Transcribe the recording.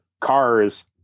Cars